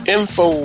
Info